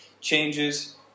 changes